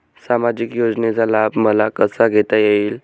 सामाजिक योजनेचा लाभ मला कसा घेता येईल?